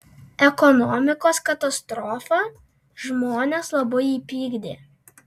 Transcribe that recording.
ekonomikos katastrofa žmones labai įpykdė